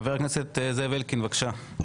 חבר הכנסת זאב אלקין, בבקשה.